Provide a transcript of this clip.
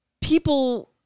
people